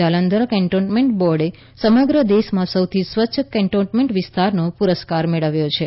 Jalandhar cantonment બોર્ડે સમગ્ર દેશમાં સૌથી સ્વચ્છ કે ન્ટોનમેન્ટ વિસ્તારનો પુરસ્કાર મેળવ્યો છે